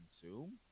consume